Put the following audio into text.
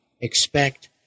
expect